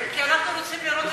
כי אנחנו רוצים לראות,